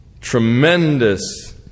tremendous